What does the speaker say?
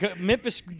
Memphis